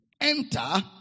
Enter